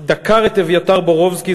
דקר את אביתר בורובסקי,